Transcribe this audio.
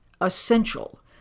essential